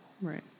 right